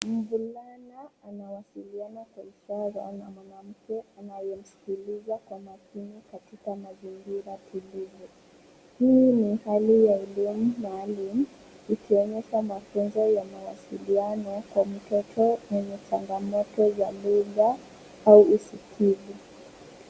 Mvulana anawasiliana kwa ishara na mwanamke anayemsikiliza kwa makini katika mazingira tulivu. Hii ni hali ya elimu maalum ikionyesha mafunzo ya mawasiliano kwa mtoto mwenye changamoto za lugha au usikivu.